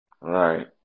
Right